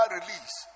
release